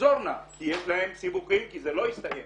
שתחזורנה כי יש להן סיבוכים כי זה לא הסתיים